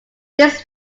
this